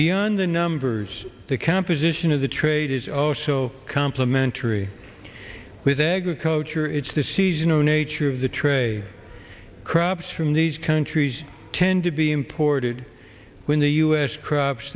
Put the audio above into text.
beyond the numbers the composition of the trade is also complimentary with agriculture it's the seasonal nature of the tray crops from these countries tend to be imported when the u s crops